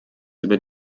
über